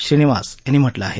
श्रीनिवास यांनी म्हटलं आहे